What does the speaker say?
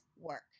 work